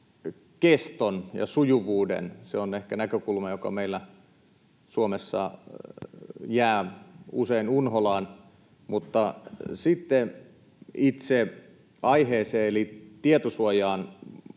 keston ja sujuvuuden. Se on ehkä näkökulma, joka meillä Suomessa jää usein unholaan. Sitten itse aiheeseen eli tietosuojaan: Tämä itse